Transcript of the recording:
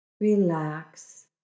relax